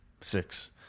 six